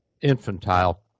infantile